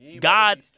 God